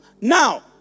Now